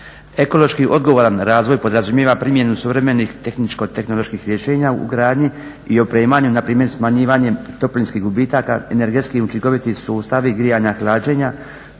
Ekološki odgovoran razvoj podrazumijeva primjenu suvremenih tehničko-tehnoloških rješenja u gradnji i opremanju na primjer smanjivanjem toplinskih gubitaka, energetski učinkoviti sustavi grijanja, hlađenja,